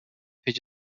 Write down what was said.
pitch